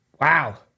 Wow